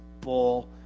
bull